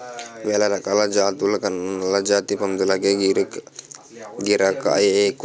వేలరకాల జాతుల కన్నా నల్లజాతి పందులకే గిరాకే ఎక్కువ